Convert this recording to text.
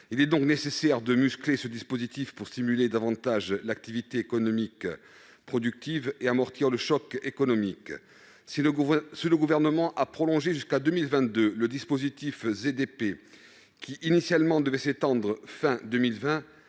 Il est nécessaire de muscler le dispositif de ZDP pour stimuler davantage l'activité économique productive et amortir le choc économique. Le Gouvernement a prolongé jusqu'en 2022 le dispositif de ZDP, qui devait s'éteindre